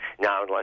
Now